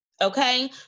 Okay